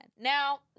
Now